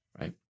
right